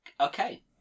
Okay